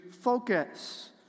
focus